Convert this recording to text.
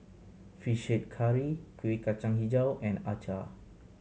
Fish Head Curry Kuih Kacang Hijau and acar